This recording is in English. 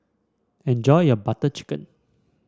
enjoy your Butter Chicken